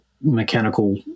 mechanical